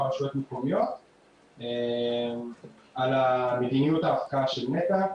רשויות מקומיות על מדיניות ההפקעה של נת"ע.